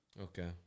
Okay